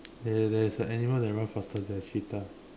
there there is an animal that run faster than a cheetah